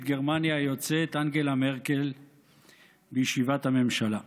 גרמניה היוצאת אנגלה מרקל בישיבת הממשלה.